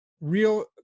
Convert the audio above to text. real